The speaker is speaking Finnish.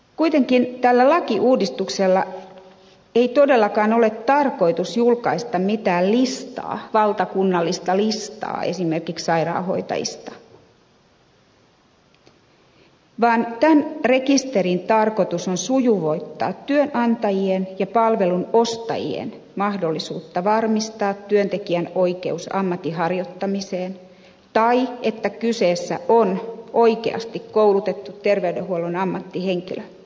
kuitenkaan tällä lakiuudistuksella ei todellakaan ole tarkoitus julkaista mitään valtakunnallista listaa esimerkiksi sairaanhoitajista vaan tämän rekisterin tarkoitus on sujuvoittaa työnantajien ja palvelun ostajien mahdollisuutta varmistaa työntekijän oikeus ammatin harjoittamiseen tai se että kyseessä on oikeasti koulutettu terveydenhuollon ammattihenkilö